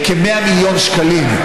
כ-100 מיליון שקלים,